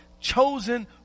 chosen